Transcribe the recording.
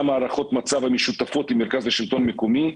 הערכות מצב המשותפות עם מרכז השלטון המקומי,